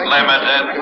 Limited